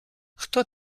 хто